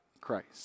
Christ